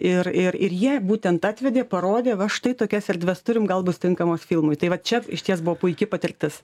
ir ir ir jie būtent atvedė parodė va štai tokias erdves turim gal bus tinkamos filmui tai va čia išties buvo puiki patirtis